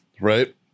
right